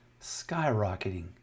skyrocketing